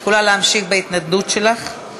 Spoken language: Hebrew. את יכולה להמשיך בהתנגדות שלך.